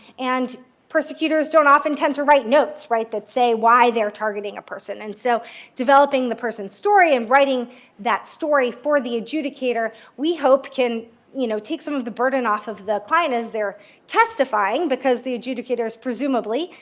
and prosecutors don't often tend to write notes that say why they're targeting a person. and so developing the person's story and writing that story for the adjudicator, we hope, can you know take some of the burden off of the client as they're testifying because the adjudicators presumably,